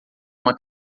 uma